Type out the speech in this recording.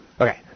Okay